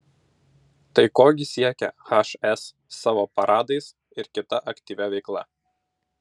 tai ko gi siekia hs savo paradais ir kita aktyvia veikla